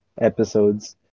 episodes